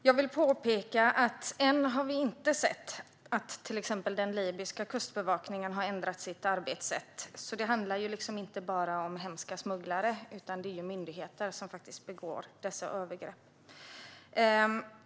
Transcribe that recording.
Fru talman! Vi har ännu inte sett att till exempel den libyska kustbevakningen har ändrat sitt arbetssätt. Det är alltså inte bara hemska smugglare utan även myndigheter som gör sig skyldiga till dessa övergrepp.